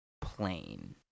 plain